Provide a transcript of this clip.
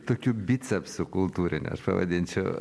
tokiu bicepsu kultūriniu aš pavadinčiau